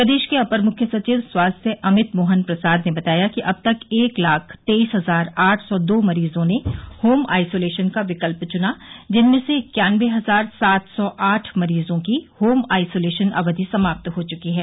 प्रदेश के अपर मुख्य सचिव स्वास्थ्य अमित मोहन प्रसाद ने बताया कि अब तक एक लाख तेईस हजार आठ सौ दो मरीजों ने होम आइसोलेशन का विकल्प चुना जिनमें से इक्यान्नबे हजार सात सौ आठ मरीजों की होम आइसोलेशन अवधि समाप्त हो चुकी है